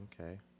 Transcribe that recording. Okay